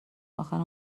اخرم